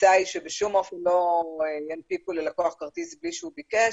התפיסה היא שבשום אופן לא ינפיקו ללקוח כרטיס בלי שהוא ביקש,